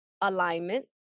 alignment